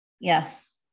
Yes